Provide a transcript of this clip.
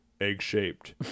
egg-shaped